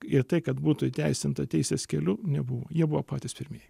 ir tai kad būtų įteisinta teisės keliu nebuvo jie buvo patys pirmieji